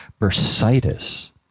bursitis